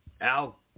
Al